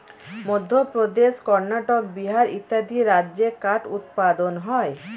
মধ্যপ্রদেশ, কর্ণাটক, বিহার ইত্যাদি রাজ্যে কাঠ উৎপাদন হয়